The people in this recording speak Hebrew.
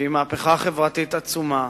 שהיא מהפכה חברתית עצומה,